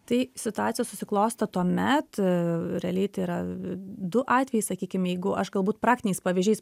tai situacija susiklosto tuomet realiai tai yra du atvejai sakykim jeigu aš galbūt praktiniais pavyzdžiais